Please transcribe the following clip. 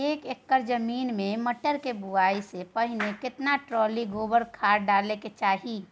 एक एकर जमीन में मटर के बुआई स पहिले केतना ट्रॉली गोबर खाद डालबै के चाही?